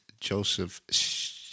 Joseph